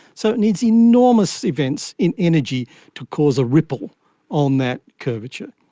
so it needs enormous events in energy to cause a ripple on that curvature.